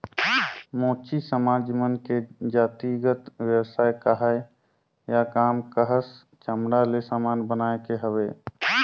मोची समाज मन के जातिगत बेवसाय काहय या काम काहस चमड़ा ले समान बनाए के हवे